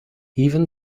even